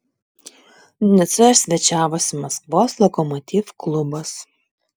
nicoje svečiavosi maskvos lokomotiv klubas